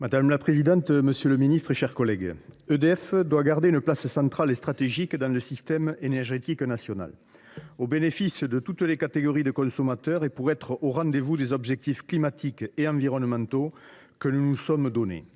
Madame la présidente, monsieur le ministre, mes chers collègues, EDF doit garder une place centrale et stratégique dans notre système énergétique national, au bénéfice de toutes les catégories de consommateurs et pour être au rendez vous des objectifs climatiques et environnementaux que nous nous sommes donnés.